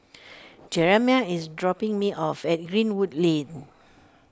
Jeramiah is dropping me off at Greenwood Lane